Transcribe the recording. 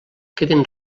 queden